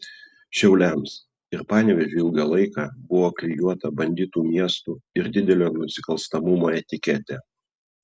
šiauliams ir panevėžiui ilgą laiką buvo klijuota banditų miestų ir didelio nusikalstamumo etiketė